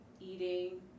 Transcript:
eating